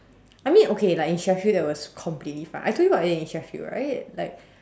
I mean okay like in Sheffield that was completely fine I told you what I ate in Sheffield right like